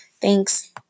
Thanks